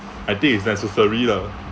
I think it's necessary lah